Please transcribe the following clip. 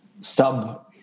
sub